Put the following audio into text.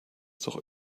doch